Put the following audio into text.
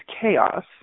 chaos